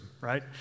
right